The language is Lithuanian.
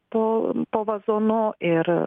po po vazonu ir